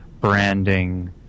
branding